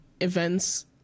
events